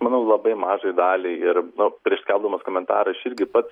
manau labai mažai daliai ir nu prieš skelbdamas komentarą aš irgi pats